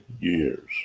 years